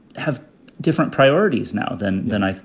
have different priorities now than than i.